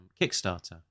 Kickstarter